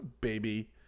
baby